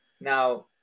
Now